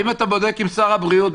אם אתה בודק עם שר הבריאות,